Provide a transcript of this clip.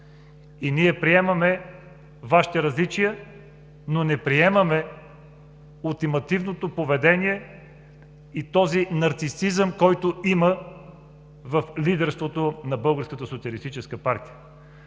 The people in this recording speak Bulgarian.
Ние приемаме Вашите различия, но не приемаме ултимативното поведение и този нарцисизъм, който има в лидерството на